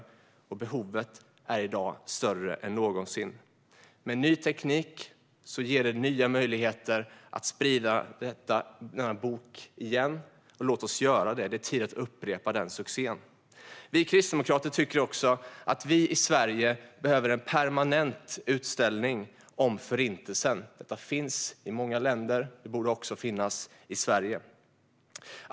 Behovet av kunskap är i dag större än någonsin, och ny teknik ger nya möjligheter att sprida denna bok igen. Låt oss göra det. Det är hög tid att upprepa denna succé. Kristdemokraterna tycker också att Sverige behöver en permanent utställning om Förintelsen. Det finns i många länder, och det borde också finnas i Sverige.